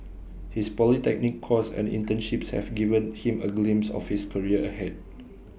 his polytechnic course and internships have given him A glimpse of his career ahead